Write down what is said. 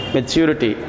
Maturity